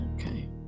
Okay